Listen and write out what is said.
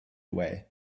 away